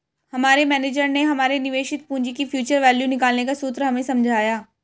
हमारे मेनेजर ने हमारे निवेशित पूंजी की फ्यूचर वैल्यू निकालने का सूत्र हमें समझाया